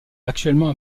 actuellement